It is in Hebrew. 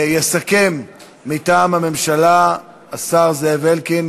יסכם מטעם הממשלה השר זאב אלקין.